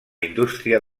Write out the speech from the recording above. indústria